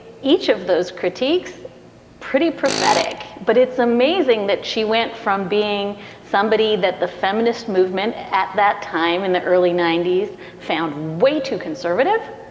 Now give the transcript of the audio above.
each of those critiques pretty prophetic but it's amazing that she went from being somebody that the feminist movement at that time in the early ninety s found way too conservative.